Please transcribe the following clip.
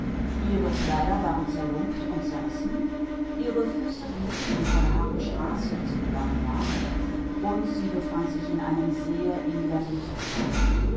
ihre kleider waren zerrissen und zerlumpt und ihre füße bluteten von dem rauhen weg auf dem sie gewandert war und sie war in sehr üblem zustand